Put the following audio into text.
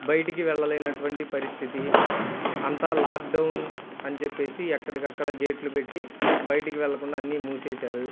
బయటికి వెళ్ళలేనటువంటి పరిస్థితి అంతా లాక్డౌన్ అని చెప్పి ఎక్కడికి అక్కడ గేట్లు పెట్టి బయటకి వెళ్ళకుండా అన్నీ మూసేసారు